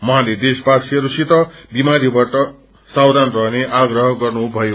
उहाँले देशवासीहरूसित बिमारीहरूबाट सावधान रहने आग्रह गर्नुभयो